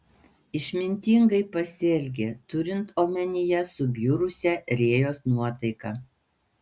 išmintingai pasielgė turint omenyje subjurusią rėjos nuotaiką